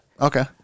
Okay